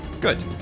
Good